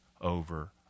over